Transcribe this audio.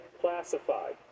classified